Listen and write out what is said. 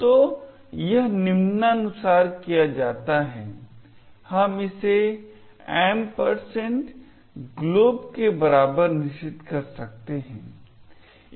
तो यह निम्नानुसार किया जाता है हम इसे glob के बराबर निश्चित कर सकते हैं